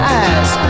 eyes